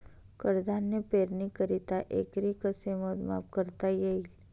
कडधान्य पेरणीकरिता एकरी कसे मोजमाप करता येईल?